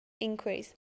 increase